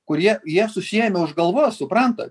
kurie jie susiėmę už galvos supranta